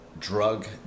drug